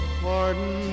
pardon